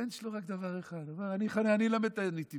הבן שלו, רק דבר אחד: אני אלמד את הנתינים.